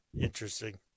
interesting